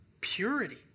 purity